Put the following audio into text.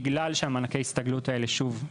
בגלל שמענקי ההסתגלות האלה שוב,